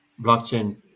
blockchain